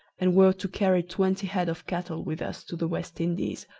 and were to carry twenty head of cattle with us to the west indies,